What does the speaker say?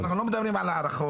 אז אנחנו לא מדברים על הערכות.